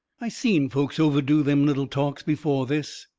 i seen folks overdo them little talks before this.